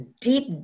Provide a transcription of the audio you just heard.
deep